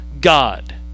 God